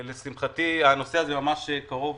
לשמחתי, הנושא הזה ממש קרוב